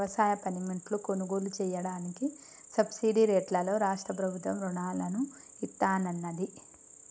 వ్యవసాయ పనిముట్లు కొనుగోలు చెయ్యడానికి సబ్సిడీ రేట్లలో రాష్ట్ర ప్రభుత్వం రుణాలను ఇత్తన్నాది